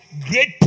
great